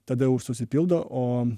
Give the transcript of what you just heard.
tada jau susipildo o